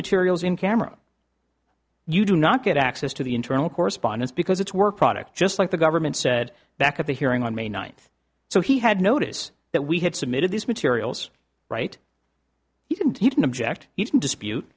materials in camera you do not get access to the internal correspondence because it's work product just like the government said back at the hearing on may ninth so he had notice that we had submitted these materials right he didn't he didn't object he didn't dispute